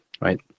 right